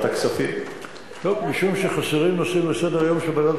משום שחסרים נושאים לסדר-היום של ועדת